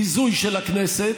ביזוי של הכנסת.